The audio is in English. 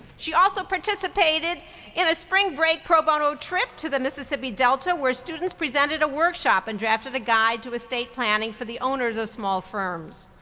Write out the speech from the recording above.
she also participated in a spring break pro bono trip to the mississippi delta where students presented a workshop and drafted a guide to estate planning for the owners of small firms.